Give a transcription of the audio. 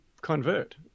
convert